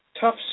tough